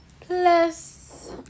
plus